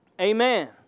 Amen